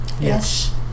Yes